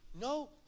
no